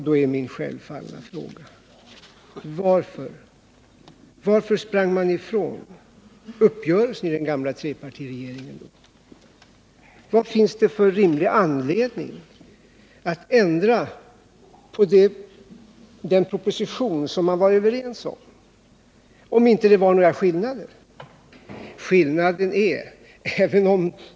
Då är min självfallna fråga: Varför sprang man ifrån uppgörelsen i den gamla trepartiregeringen? Vad finns det för rimlig anledning att ändra på den proposition som vi var överens om, ifall det inte är några skillnader?